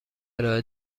ارائه